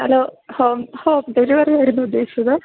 hello home home ഡെലിവറിയായിരുന്നു ഉദ്ദേശിച്ചത്